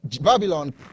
Babylon